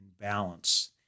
balance